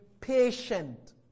patient